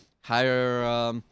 higher